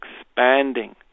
expanding